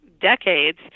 decades